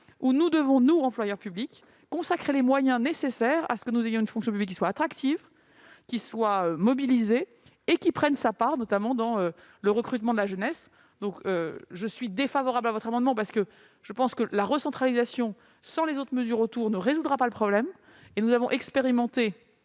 où nous devons, nous employeurs publics, consacrer les moyens nécessaires pour avoir une fonction publique attractive, mobilisée, et qui prenne sa part dans le recrutement de la jeunesse. Je suis défavorable à votre amendement, parce que je pense que la recentralisation sans les autres mesures autour ne résoudra pas le problème. Nous avons expérimenté